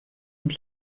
und